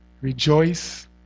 rejoice